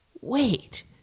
wait